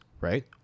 right